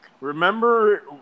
Remember